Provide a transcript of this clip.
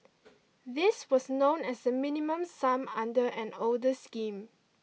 this was known as the Minimum Sum under an older scheme